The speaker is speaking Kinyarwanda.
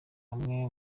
bamwe